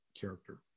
character